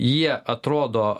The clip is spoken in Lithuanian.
jie atrodo